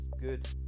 good